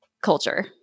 culture